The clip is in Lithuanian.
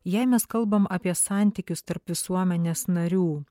jei mes kalbam apie santykius tarp visuomenės narių